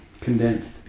Condensed